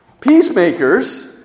Peacemakers